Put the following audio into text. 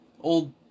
Old